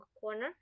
corner